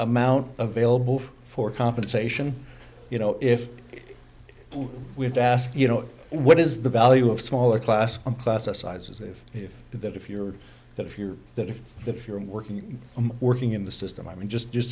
amount available for compensation you know if we have to ask you know what is the value of smaller class sizes if that if you're that if you're that if the you're working and working in the system i mean just just